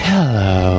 Hello